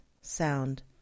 sound